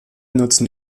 nutzen